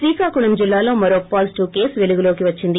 శ్రీకాకుళం జిల్లాలో మరో positive case పెలుగులోకి వచ్చింది